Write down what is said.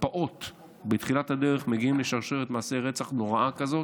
פעוט בתחילת הדרך מגיעים לשרשרת מעשי רצח נוראה כזו,